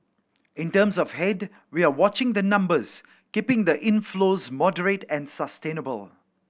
in terms of head we are watching the numbers keeping the inflows moderate and sustainable